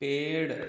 पेड़